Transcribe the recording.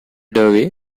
doorway